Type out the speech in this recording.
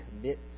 commit